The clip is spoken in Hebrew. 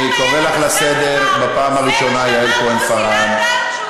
אני קורא אותך לסדר פעם ראשונה, יעל כהן-פארן.